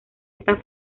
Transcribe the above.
está